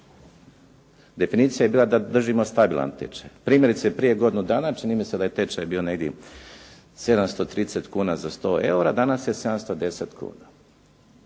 Definicija je bila da držimo stabilan tečaj. Primjerice, prije godinu dana čini mi se da je tečaj bio negdje 730 kuna za 100 eura, danas je 710 kuna.